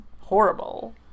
horrible